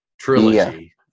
Trilogy